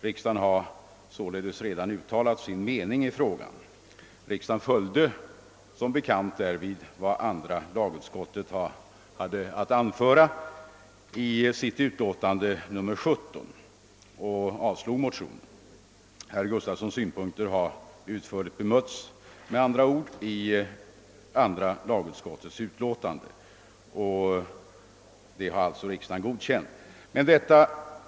Riksdagen har således redan uttalat sin mening i frågan och som bekant anslutit sig till vad andra lagutskottet hade att anföra i sitt utlåtande nr 17, vilket innebar avslag på motionen. Herr Gustavssons i Alvesta synpunkter har med andra ord utförligt bemötts i andra lagutskottets av riksdagen godkända utlåtande.